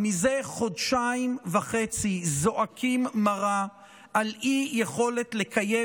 ומזה חודשיים וחצי זועקים מרה על אי-יכולת לקיים